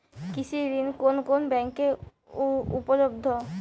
কৃষি ঋণ কোন কোন ব্যাংকে উপলব্ধ?